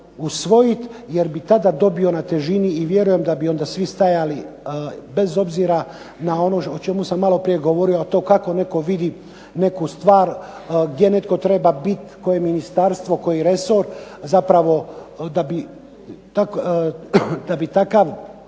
jer bi tada dobio na težini i vjerujem da bi onda svi stajali bez obzira na ono o čemu sam maloprije govorio, a to kako netko vidi neku stvar, gdje netko treba bit, koje ministarstvo, koji resor, zapravo da bi takav